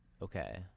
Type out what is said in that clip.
Okay